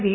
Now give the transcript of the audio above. V